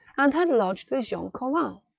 and had lodged with jean collin.